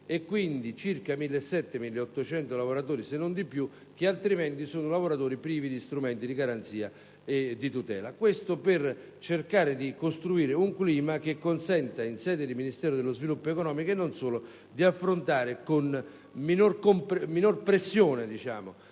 di circa 1.800 lavoratori (se non di più) altrimenti privi di strumenti di garanzia e di tutela. Questo al fine di costruire un clima che consenta, in sede di Ministero dello sviluppo economico, ma non solo, di affrontare con minore pressione